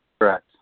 Correct